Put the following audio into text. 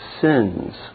sins